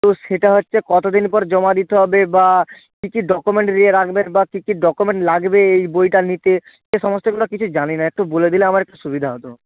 তো সেটা হচ্ছে কতদিন পর জমা দিতে হবে বা কী কী ডকুমেন্ট নিয়ে রাখবেন বা কী কী ডকুমেন্ট লাগবে এই বইটা নিতে এ সমস্তগুলো কিছু জানি না একটু বলে দিলে আমার একটু সুবিধা হতো